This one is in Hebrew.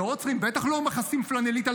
לא עוצרים ובטח לא מכסים עם פלנלית את